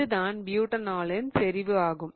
இது தான் பியூடனோலின் செறிவு ஆகும்